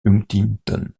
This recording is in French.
huntington